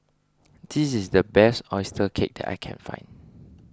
this is the best Oyster Cake that I can find